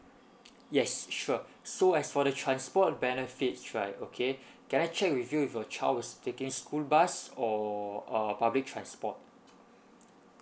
yes sure so as for the transport benefits right okay can I check with you is your child is taking school bus or a public transport